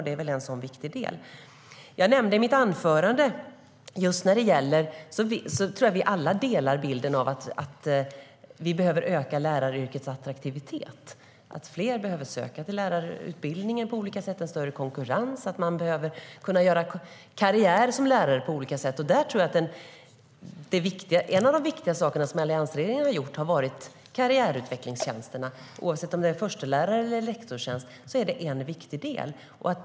Det är väl en sådan viktig del. Jag tror att vi alla delar bilden av att vi behöver öka läraryrkets attraktivitet. Fler behöver söka till lärarutbildningen på olika sätt. Det handlar om en större konkurrens. Man behöver kunna göra karriär som lärare på olika sätt. Där tror jag att en av de viktiga saker som alliansregeringen har gjort är karriärutvecklingstjänsterna. Oavsett om det handlar om förstelärare eller lektorstjänst är det en viktig del.